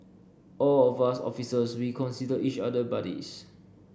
all of us officers we consider each other buddies